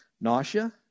Nausea